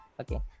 Okay